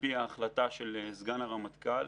על-פי החלטת סגן הרמטכ"ל,